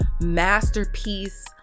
masterpiece